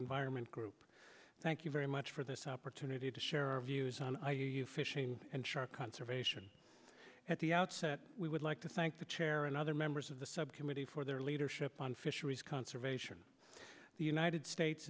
environment group thank you very much for this opportunity to share our views on are you fishing and shark conservation at the outset we would like to thank the chair and other members of the subcommittee for their leadership on fisheries conservation the united states